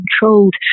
controlled